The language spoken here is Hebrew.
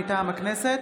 מטעם הכנסת,